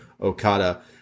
Okada